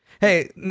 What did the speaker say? Hey